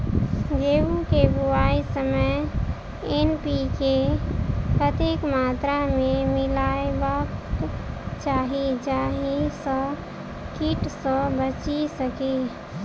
गेंहूँ केँ बुआई समय एन.पी.के कतेक मात्रा मे मिलायबाक चाहि जाहि सँ कीट सँ बचि सकी?